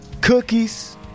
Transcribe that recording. Cookies